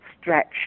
stretch